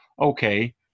okay